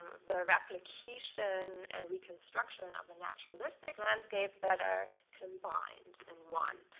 the replication and reconstruction of a naturalistic landscape that are combined in one,